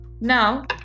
Now